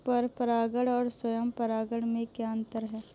पर परागण और स्वयं परागण में क्या अंतर है?